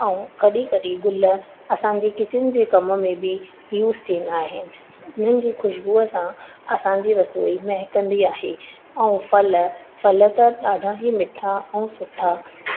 ऐं कॾहिं कॾहिं गुल असांजी किचन जे कम में बि यूज़ थींदा आहिनि हुननि जी खूशबूअ सां असांजी रसोई महिकंदी आहे ऐं फल फल त ॾाढा ई मिठा ऐं सुठा